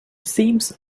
seems